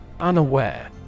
unaware